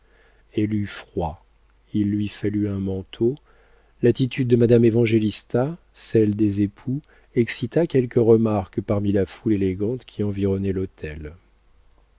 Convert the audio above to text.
elle eut froid il lui fallut un manteau l'attitude de madame évangélista celle des époux excitèrent quelques remarques parmi la foule élégante qui environnait l'autel